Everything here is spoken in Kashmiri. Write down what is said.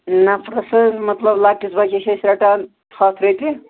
نَفرَس حظ مطلب لَکٹِس بچس چھِ أسۍ رٹان ہتھ رۄپیہ